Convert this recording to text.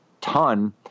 ton